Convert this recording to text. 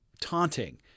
taunting